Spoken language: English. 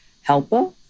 helper